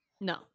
No